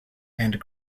and